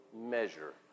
measure